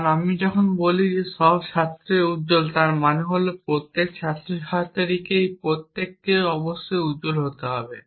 কারণ আমি যখন বলি সব ছাত্রই উজ্জ্বল তার মানে হল প্রত্যেক ছাত্র ছাত্রীর প্রত্যেকেই অবশ্যই উজ্জ্বল হতে হবে